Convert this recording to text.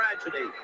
tragedy